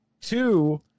two